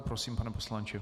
Prosím, pane poslanče.